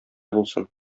булсын